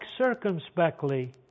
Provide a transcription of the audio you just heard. circumspectly